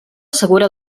segura